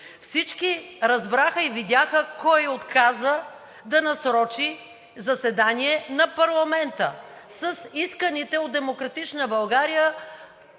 Всички разбраха и видяха кой отказа да насрочи заседание на парламента с исканите от „Демократична България“,